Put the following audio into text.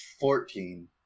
Fourteen